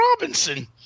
Robinson